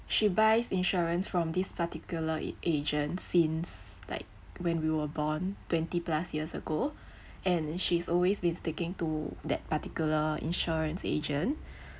she buys insurance from this particular a~ agent since like when we were born twenty plus years ago and she's always been sticking to that particular insurance agent